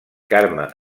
carme